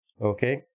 okay